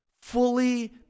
Fully